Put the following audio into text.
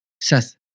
Seth